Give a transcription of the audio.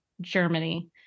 Germany